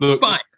Fine